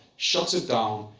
shuts it down,